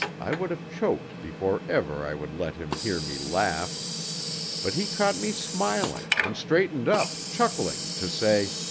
i would have choked before ever i would let him hear me laugh but he caught me smiling and straightened up, chuckling, to say